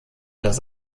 das